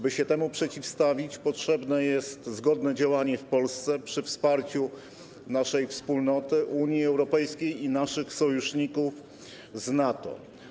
By się temu przeciwstawić, potrzebne jest zgodne działanie w Polsce przy wsparciu naszej wspólnoty, Unii Europejskiej i naszych sojuszników z NATO.